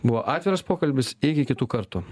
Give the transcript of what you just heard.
buvo atviras pokalbis iki kitų kartų